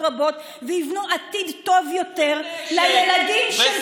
רבות ויבנו עתיד טוב יותר לילדים של כולם.